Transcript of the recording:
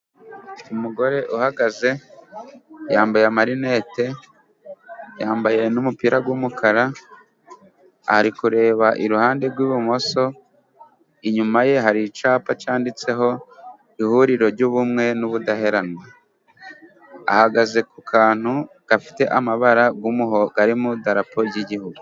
Umugore uhagaze yambaye amarinete, yambaye n'umupira w'umukara ari kureba iruhande rw'ibumoso, inyuma ye hari icyapa cyanditseho " Ihuriro ry'Ubumwe n'Ubudaheranwa", ahagaze ku kantu gafite amabara kari mu idarapo ry'igihugu.